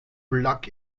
plug